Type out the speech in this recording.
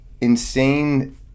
insane